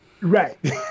Right